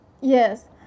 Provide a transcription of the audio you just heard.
Yes